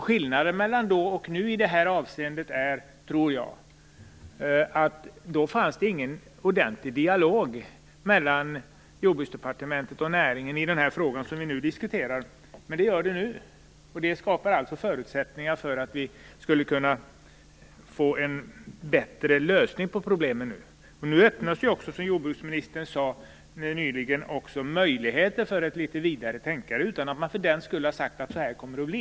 Skillnaden mellan då och nu i det här avseendet är, tror jag, att det då inte fanns någon ordentlig dialog mellan Jordbruksdepartementet och näringen i den här frågan. Det finns det nu. Det skapar förutsättningar för att vi skall kunna få en bättre lösning på problemen. Nu öppnas också, som jordbruksministern nyligen sade, möjligheten för ett litet vidare tänkande utan att man för den skull har sagt hur det kommer att bli.